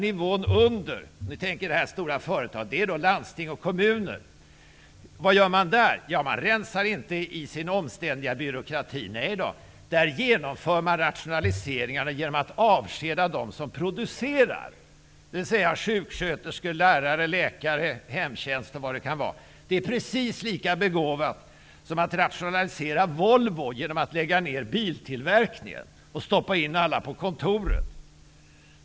Nivån därunder i det stora företaget är då landsting och kommuner. Vad gör cheferna där? Man rensar inte i sin omständliga byråkrati -- nej då. Där genomför man rationaliseringarna genom att avskeda dem som producerar, dvs. sjuksköterskor, lärare, läkare, hemtjänstbiträden och vad det kan vara. Det är lika begåvat som att rationalisera Volvo genom att lägga ned biltillverkningen och stoppa in alla på kontoren.